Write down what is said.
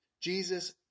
Jesus